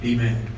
Amen